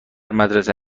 مدرسه